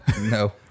No